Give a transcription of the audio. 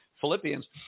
Philippians